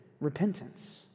repentance